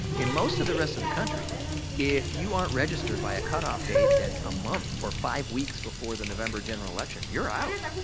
in most of the rest of the country if you aren't registered by a cutoff date that's a month or five weeks before the november general election, you're out.